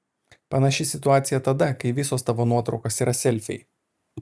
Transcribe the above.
panaši situacija tada kai visos tavo nuotraukos yra selfiai